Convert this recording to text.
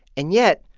and yet,